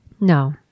no